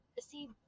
see